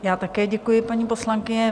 Já také děkuji, paní poslankyně.